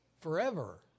forever